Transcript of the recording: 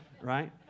right